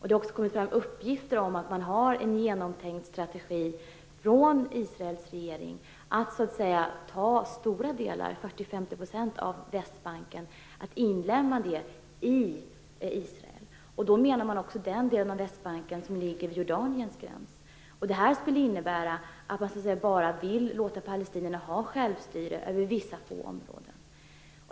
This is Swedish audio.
Det har också kommit fram uppgifter om att man har en genomtänkt strategi från Israels regerings sida för att ta stora delar, 40-50 %, av Västbanken och inlemma dem i Israel. Då menar man också den del av Västbanken som ligger vid Jordaniens gräns. Detta skulle innebära att man bara vill låta palestinierna ha självstyre över vissa få områden.